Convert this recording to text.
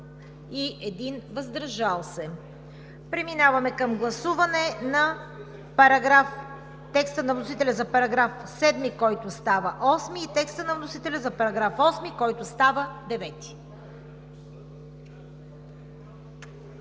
3 за, 1 въздържал се. Преминаваме към гласуване на текста на вносителя за § 7, който става § 8; и текста на вносителя за § 8, който става §